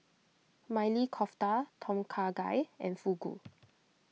Maili Kofta Tom Kha Gai and Fugu